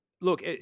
Look